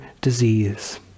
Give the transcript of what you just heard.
disease